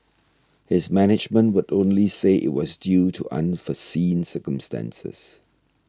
his management would only say it was due to unforeseen circumstances